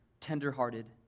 tenderhearted